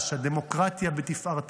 הדמוקרטיה בתפארתה,